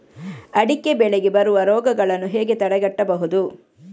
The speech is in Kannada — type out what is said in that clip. ಅಡಿಕೆ ಬೆಳೆಗೆ ಬರುವ ರೋಗಗಳನ್ನು ಹೇಗೆ ತಡೆಗಟ್ಟಬಹುದು?